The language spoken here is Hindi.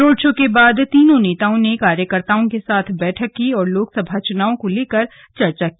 रोड शो के बाद तीनों नेताओं ने कार्यकर्ताओं के साथ बैठक की और लोकसभा चुनाव को लेकर चर्चा की